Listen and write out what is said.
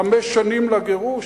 חמש שנים לגירוש?